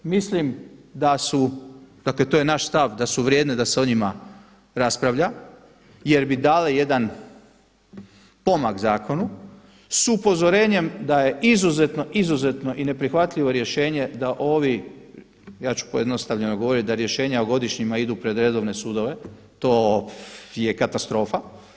Mislim dakle to je naš stav da su vrijedne da se o njima raspravlja jer bi dale jedan pomak zakonu s upozorenjem da je izuzetno, izuzetno i neprihvatljivo rješenje da ovi, ja ću pojednostavljeno govoriti da rješenja o godišnjima idu pred redovne sudove, to je katastrofa.